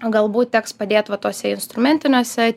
galbūt teks padėt va tuose instrumentiniuose atidavė